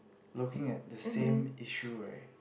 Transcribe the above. looking at the same issue right